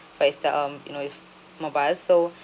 but is the um you know is mobile so